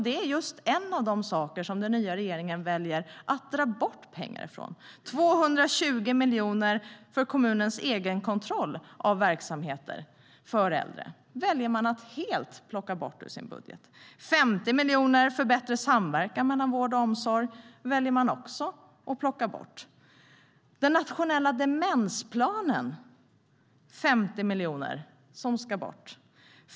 Det är en av de saker som den nya regeringen väljer att dra bort pengar från. 220 miljoner för kommuners egenkontroll av verksamheter för äldre väljer man att helt plocka bort ur sin budget. 50 miljoner för bättre samverkan mellan vård och omsorg väljer man också att plocka bort. För den nationella demensplanen är det 50 miljoner som ska bort.